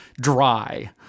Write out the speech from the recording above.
dry